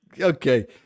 Okay